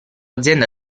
azienda